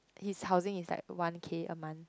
his housing is like one k a month